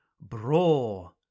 braw